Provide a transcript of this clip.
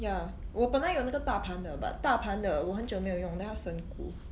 ya 我本来有那个大盘的 but 大盘的我很久没有用 then 它生菇